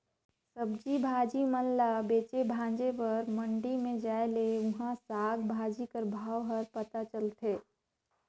सब्जी भाजी मन ल बेचे भांजे बर मंडी में जाए ले उहां साग भाजी कर भाव हर पता चलथे